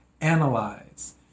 Analyze